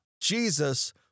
Jesus